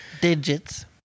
Digits